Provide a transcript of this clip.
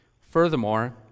Furthermore